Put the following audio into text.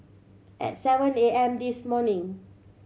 at seven A M this morning